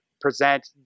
present